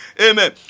amen